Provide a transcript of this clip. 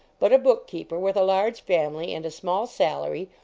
but a book keeper with a large family and a small sal ary,